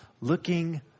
looking